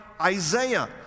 Isaiah